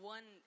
One